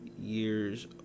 years